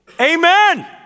Amen